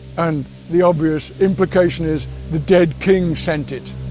and the obvious implication is the dead king sent it.